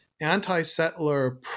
anti-settler